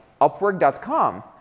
Upwork.com